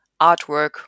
artwork